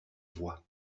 voix